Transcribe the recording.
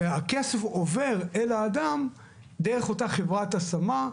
והכסף עובר אל האדם דרך אותה חברת השמה,